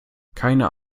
keine